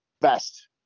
best